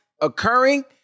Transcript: occurring